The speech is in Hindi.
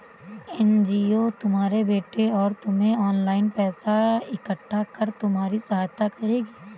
एन.जी.ओ तुम्हारे बेटे और तुम्हें ऑनलाइन पैसा इकट्ठा कर तुम्हारी सहायता करेगी